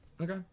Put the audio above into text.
Okay